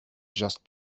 just